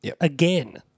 again